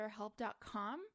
BetterHelp.com